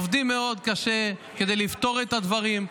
פיצול ----- עובדים מאוד קשה כדי לפתור את הדברים.